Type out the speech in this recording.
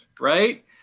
right